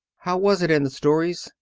how was it in the stories?